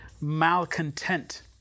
malcontent